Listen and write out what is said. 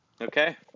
Okay